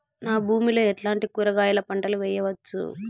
నా భూమి లో ఎట్లాంటి కూరగాయల పంటలు వేయవచ్చు?